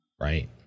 right